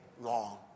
long